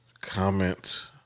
comment